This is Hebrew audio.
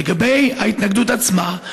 לגבי ההתנגדות עצמה,